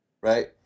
right